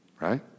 right